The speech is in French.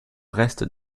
restes